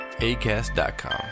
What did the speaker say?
ACAST.com